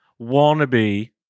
wannabe